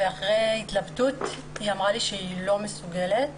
אחרי התלבטות היא אמרה לי שהיא לא מסוגלת,